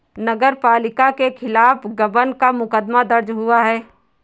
नगर पालिका के खिलाफ गबन का मुकदमा दर्ज हुआ है